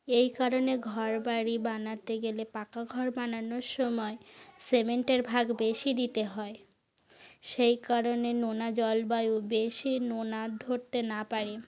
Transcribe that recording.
এই কারণে ঘরবাড়ি বানাতে গেলে পাকা ঘর বানানোর সময় সিমেন্টের ভাগ বেশি দিতে হয় সেই কারণে নোনা জলবায়ু বেশি নোনা ধরতে না পারে